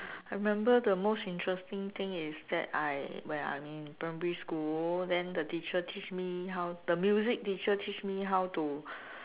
I remember the most interesting thing is that I when I was in primary school then the teacher teach me how the music teacher teach me how to